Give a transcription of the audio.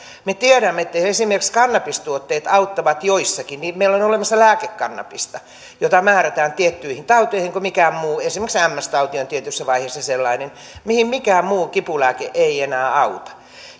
me tiedämme että esimerkiksi kannabistuotteet auttavat joissakin niin meillä on olemassa lääkekannabista jota määrätään tiettyihin tauteihin kun mikään muu ei auta esimerkiksi ms tauti on tietyssä vaiheessa sellainen mihin mikään muu kipulääke ei enää auta